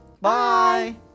Bye